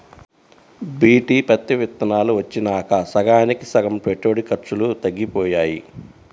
BT పత్తి విత్తనాలు వచ్చినాక సగానికి సగం పెట్టుబడి ఖర్చులు తగ్గిపోయాయి